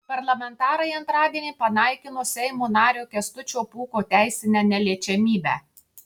parlamentarai antradienį panaikino seimo nario kęstučio pūko teisinę neliečiamybę